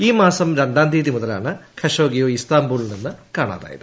ഇൌമാസം രണ്ടാം തീയതി മുതലാണ് ഖഷോഗ്ഗിയെ ഇസ്താംബൂളിൽ നിന്ന് കാണാതായത്